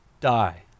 die